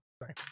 sorry